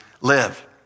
live